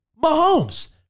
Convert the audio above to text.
Mahomes